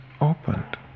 opened